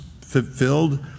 fulfilled